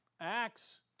Acts